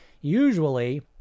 usually